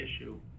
issue